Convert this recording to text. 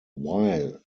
while